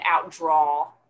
outdraw